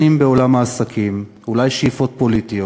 אם בעולם העסקים, אולי שאיפות פוליטיות,